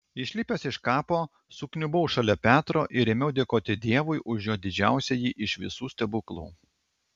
išlipęs iš kapo sukniubau šalia petro ir ėmiau dėkoti dievui už jo didžiausiąjį iš visų stebuklų